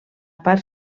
part